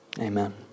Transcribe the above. amen